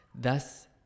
Thus